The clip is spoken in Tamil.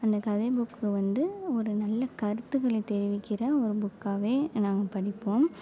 அந்த கதை புக்கு வந்து ஒரு நல்ல கருத்துக்களை தெரிவிக்கின்ற ஒரு புக்காகவே நாங்கள் படிப்போம்